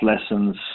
lessons